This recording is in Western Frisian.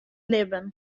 libben